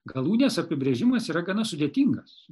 galūnės apibrėžimas yra gana sudėtingas